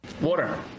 water